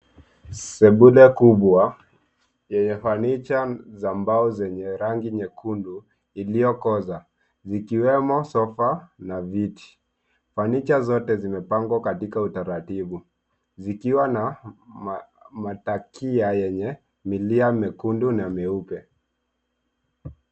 Sebule kubwa yenye furniture za mbao zenye rangi nyekundu ilio koza vikiwemo sofa] na viti. Furniture zote zimepangwa katika utaratibu zikiwa na matakia yenye milia miekundu na mieupe.